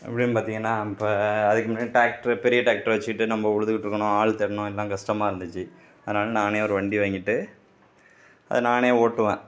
எப்படின்னு பார்த்திங்ன்னா இப்போ அதுக்கு முன்னாடி டிராக்டர் பெரிய டிராக்டர் வச்சுட்டு நம்ம உழுதுகிட்ருக்கணும் ஆள் தேடணும் எல்லாம் கஷ்டமாயிருந்துச்சி அதனால் நானே ஒரு வண்டி வாங்கிட்டு அது நானே ஓட்டுவேன்